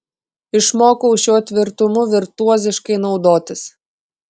išmokau šiuo tvirtumu virtuoziškai naudotis